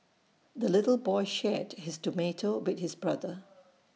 the little boy shared his tomato with his brother